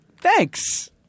Thanks